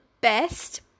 best